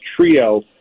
trio